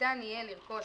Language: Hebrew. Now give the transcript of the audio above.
ניתן יהיה לרכוש